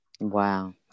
Wow